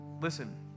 Listen